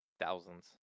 Thousands